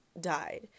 died